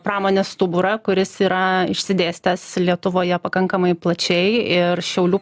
pramonės stuburą kuris yra išsidėstęs lietuvoje pakankamai plačiai ir šiaulių